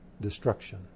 destruction